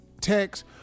text